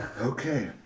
Okay